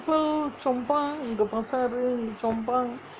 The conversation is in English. people chong pang இங்கே:inggae pasar uh இங்கே:inggae chong pang